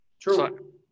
True